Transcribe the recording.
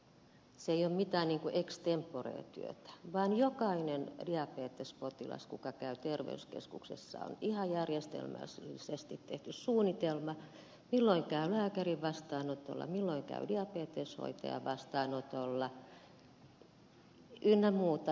se ei ole mitään ex tempore työtä vaan jokaiselle diabetespotilaalle joka käy terveyskeskuksessa on ihan järjestelmällisesti tehty suunnitelma milloin käy lääkärin vastaanotolla milloin käy diabeteshoitajan vastaanotolla ynnä muuta